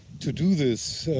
to do this.